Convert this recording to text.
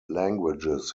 languages